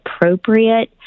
appropriate